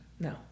No